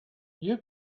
you